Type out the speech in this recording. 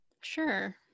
sure